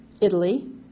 Italy